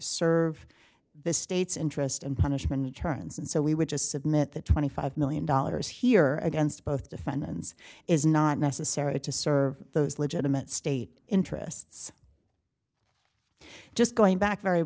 serve the state's interest and punishment turns and so we would just submit that twenty five million dollars here against both defendants is not necessarily to serve those legitimate state interests just going back very